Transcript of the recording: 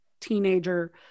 teenager